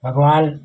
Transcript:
भगवान